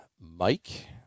Mike